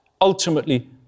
ultimately